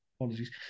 Apologies